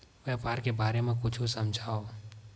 व्यापार के बारे म कुछु समझाव?